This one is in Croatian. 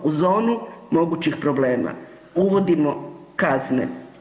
U zonu mogućih problema, uvodimo kazne.